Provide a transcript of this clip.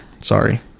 Sorry